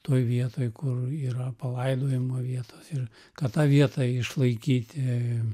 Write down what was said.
toj vietoj kur yra palaidojimo vietos ir kad tą vietą išlaikyti